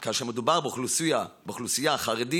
כאשר מדובר באוכלוסייה החרדית,